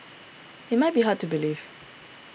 it might be hard to believe